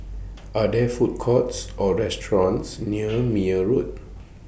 Are There Food Courts Or restaurants near Meyer Road